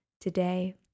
Today